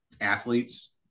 athletes